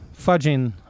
fudging